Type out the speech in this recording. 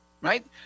right